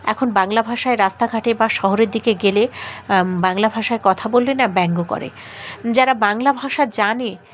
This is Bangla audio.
এখন বাংলা ভাষায় রাস্তাঘাটে বা শহরের দিকে গেলে বাংলা ভাষায় কথা বললে না ব্যঙ্গ করে যারা বাংলা ভাষা জানে